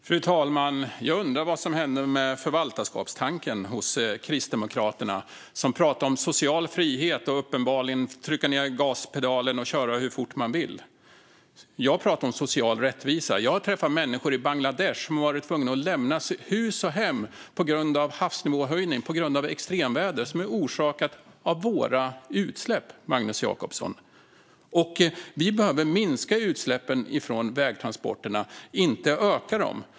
Fru talman! Jag undrar vad som hände med förvaltarskapstanken hos Kristdemokraterna, som talar om social frihet och uppenbarligen vill att man ska trycka ned gaspedalen och köra hur fort man vill. Jag talar om social rättvisa. Jag har träffat människor i Bangladesh som har varit tvungna att lämna hus och hem på grund av havsnivåhöjning och extremväder, som har orsakats av våra utsläpp, Magnus Jacobsson. Vi behöver minska utsläppen från vägtransporterna, inte öka dem.